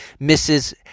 Mrs